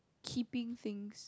keeping things